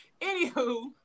anywho